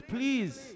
Please